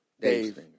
Dave